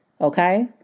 Okay